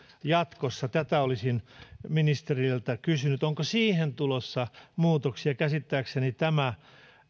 jatkossa olisin ministeriltä kysynyt onko siihen tulossa muutoksia käsittääkseni tämä